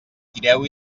tireu